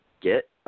get